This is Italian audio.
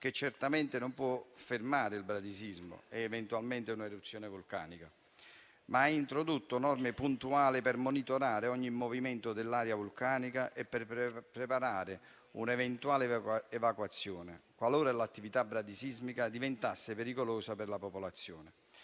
che certamente non può fermare il bradisismo ed eventualmente un'eruzione vulcanica, ma che introduce norme puntuali per monitorare ogni movimento dell'area vulcanica e per preparare un'eventuale evacuazione qualora l'attività bradisismica diventasse pericolosa per la popolazione.